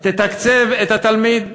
תתקצב את התלמיד.